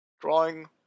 Drawing